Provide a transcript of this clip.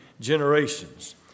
generations